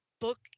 book